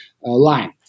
line